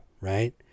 right